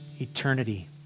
eternity